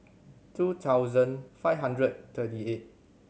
two thousand five hundred thirty eight